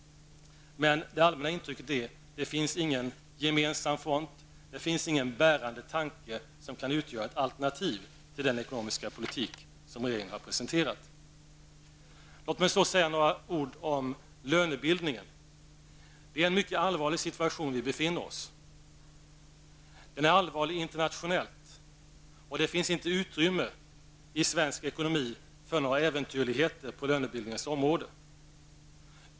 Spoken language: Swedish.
Men det allmänna intrycket är att det inte finns någon gemensam front, ingen bärande tanke som kan utgöra ett alternativ till den ekonomiska politik som regeringen har presenterat. Låt mig sedan säga några ord om lönebildningen. Vi befinner oss i en mycket allvarlig situation. Den är allvarlig internationellt, och det finns inte utrymme i svensk ekonomi för några äventyrligheter på lönebildningens område.